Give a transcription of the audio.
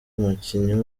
umukinnyi